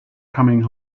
coming